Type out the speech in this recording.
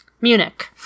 Munich